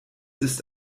ist